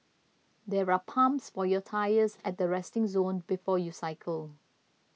there are pumps for your tyres at the resting zone before you cycle